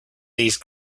these